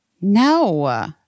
No